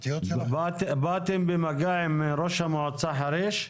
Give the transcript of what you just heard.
באתם במגע עם ראש מועצת חריש?